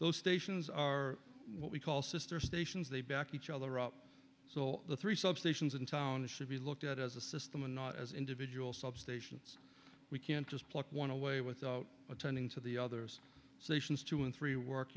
those stations are what we call sister stations they back each other up so the three substations in town should be looked at as a system and not as individual substations we can't just pluck want to weigh without attending to the others stations two and three work